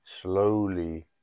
slowly